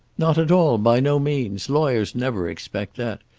not at all by no means. lawyers never expect that.